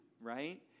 right